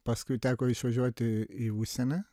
paskui teko išvažiuoti į užsienį